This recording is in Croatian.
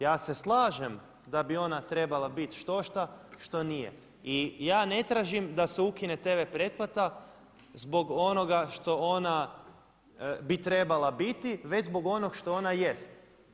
Ja se slažem da bi ona trebala biti štošta što nije i ja ne tražim da se ukine tv pretplata zbog onoga što ona bi trebala biti, već zbog onog što ona jest.